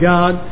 God